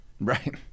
Right